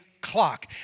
clock